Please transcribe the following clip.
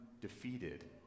defeated